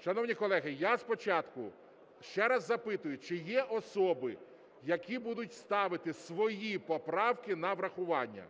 Шановні колеги, я спочатку ще раз запитую, чи є особи, які будуть ставити свої поправки на врахування?